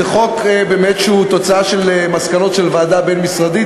זה באמת חוק שהוא תוצאה של מסקנות ועדה בין-משרדית